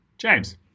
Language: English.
James